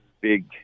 big